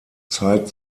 zeit